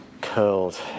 curled